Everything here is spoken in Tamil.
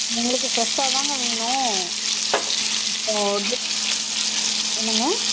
எங்களுக்கு ஃப்ரெஷ்ஷாகதாங்க வேணும் இப்போ வந்து என்னங்க